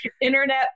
internet